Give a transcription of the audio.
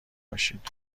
باشید